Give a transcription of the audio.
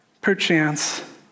perchance